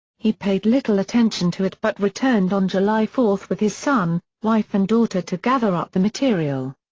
he paid little attention to it but returned on july four with his son, wife and daughter to gather up the material.